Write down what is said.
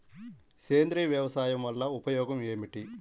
సేంద్రీయ వ్యవసాయం వల్ల ఉపయోగం ఏమిటి?